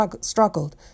struggled